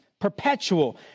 perpetual